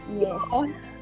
yes